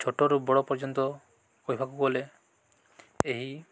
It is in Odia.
ଛୋଟରୁ ବଡ଼ ପର୍ଯ୍ୟନ୍ତ କହିବାକୁ ଗଲେ ଏହି